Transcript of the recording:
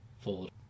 fold